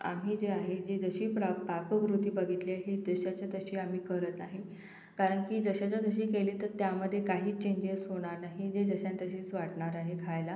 आम्ही जे आहे जे जशी प्रा पाककृती बघितली आहे ही देशाच्या तशी आम्ही करत आहे कारण की जशाच्या जशी केली तर त्यामध्ये काही चेंजेस होणार नाही जे जशात तशीस वाटणार आहे खायला